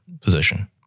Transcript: position